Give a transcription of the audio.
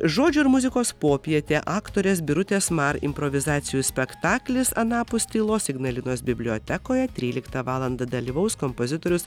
žodžių ir muzikos popietė aktorės birutės mar improvizacijų spektaklis anapus tylos ignalinos bibliotekoje tryliktą valandą dalyvaus kompozitorius